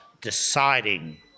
deciding